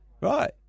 Right